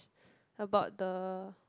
about the